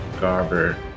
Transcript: Garber